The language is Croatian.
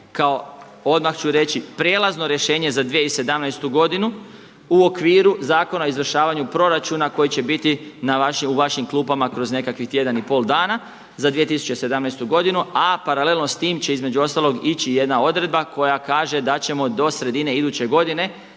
kao odmah ću reći, prijelazno rješenje za 2017. godinu u okviru Zakona o izvršavanju proračuna koji će biti na vašim klupama kroz nekakvih tjedan i pol dana za 2017. godinu, a paralelno s tim će između ostalog ići jedna odredba koja kaže da ćemo do sredine iduće godine